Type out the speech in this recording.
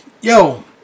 Yo